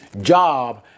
job